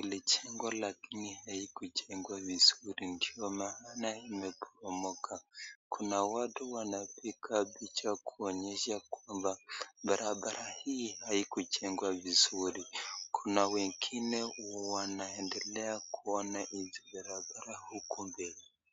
ilijengwa lakini haikujengwa vizuri ndio maana imeboromoka kuna watu wanapiga picha kuonyesha kwamba barabara hii haikujengwa vizuri kuna wengine wanaendelea kuona barabara huko mbele.